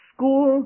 School